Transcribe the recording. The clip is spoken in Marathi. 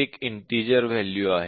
एक इंटिजर वॅल्यू आहे